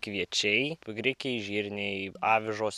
kviečiai grikiai žirniai avižos